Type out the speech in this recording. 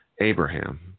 Abraham